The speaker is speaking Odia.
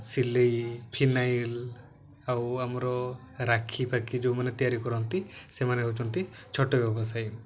ସିଲେଇ ଫିନାଇଲ ଆଉ ଆମର ରାକ୍ଷିପାଖି ଯେଉଁମାନେ ତିଆରି କରନ୍ତି ସେମାନେ ହଉଛନ୍ତି ଛୋଟ ବ୍ୟବସାୟୀ